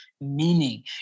meaning